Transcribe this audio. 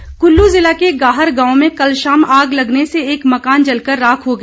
आग क़ल्लू जिला के गाहर गांव में कल शाम आग लगने से एक मकान जलकर राख हो गया